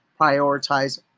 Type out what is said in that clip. prioritize